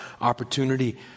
opportunity